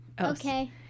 Okay